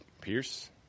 Pierce